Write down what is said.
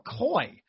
McCoy